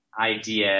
idea